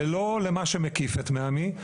ולא למה שמקיף את בני עמי,